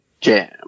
Jam